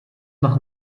nach